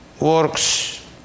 works